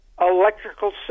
electrical